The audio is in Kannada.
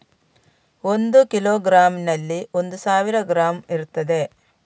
ಒಂದು ಕಿಲೋಗ್ರಾಂನಲ್ಲಿ ಒಂದು ಸಾವಿರ ಗ್ರಾಂ ಇರ್ತದೆ